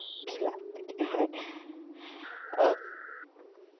खिलाते हैं और